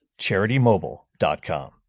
CharityMobile.com